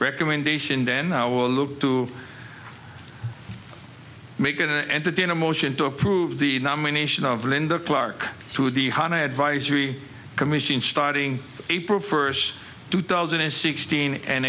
recommendation then i will look to make an entity in a motion to approve the nomination of linda clarke to the hon advisory commission starting april first two thousand and sixteen and